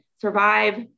survive